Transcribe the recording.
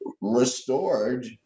restored